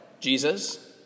Jesus